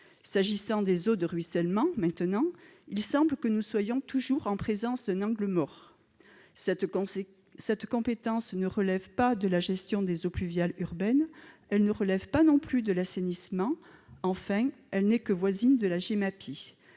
S'agissant des eaux de ruissellement, il semble que nous soyons toujours en présence d'un angle mort. Cette compétence ne relève pas de la gestion des eaux pluviales urbaines ni de l'assainissement, et elle n'est que voisine de la Gemapi.